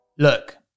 Look